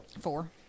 Four